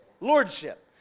lordship